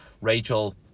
Rachel